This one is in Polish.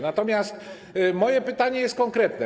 Natomiast moje pytanie jest konkretne.